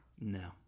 No